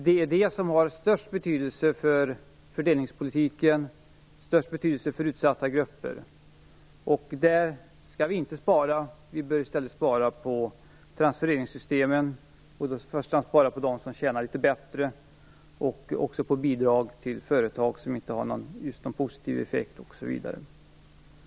Det är denna sektor som har störst betydelse för utsatta grupper. Där skall vi inte spara. Vi bör i stället göra besparingar i transfereringssystemen och i första hand när det gäller de som tjänar litet bättre samt göra besparingar på bidrag till företag som inte har just någon positiv effekt osv.